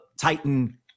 Titan